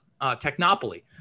technopoly